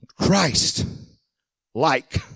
Christ-like